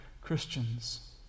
Christians